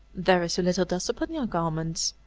there is so little dust upon your garments,